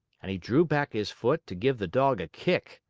and he drew back his foot to give the dog a kick.